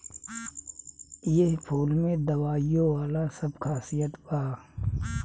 एह फूल में दवाईयो वाला सब खासियत बा